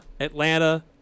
Atlanta